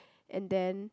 and then